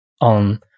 on